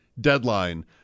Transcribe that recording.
deadline